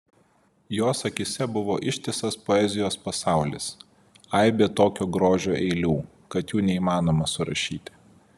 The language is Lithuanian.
jos akyse buvo ištisas poezijos pasaulis aibė tokio grožio eilių kad jų neįmanoma surašyti